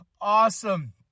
awesome